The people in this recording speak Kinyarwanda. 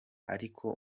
ariko